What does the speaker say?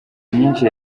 myinshi